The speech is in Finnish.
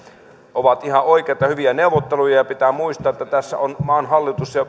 ovat ihan oikeita hyviä neuvotteluja ja pitää muistaa että tässä ovat maan hallitus ja